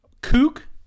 Kook